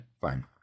Fine